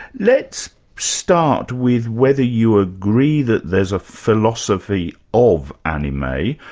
let's start with whether you agree that there's a philosophy of anime,